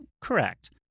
Correct